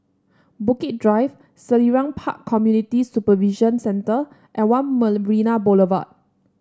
Bukit Drive Selarang Park Community Supervision Centre and One Marina Boulevard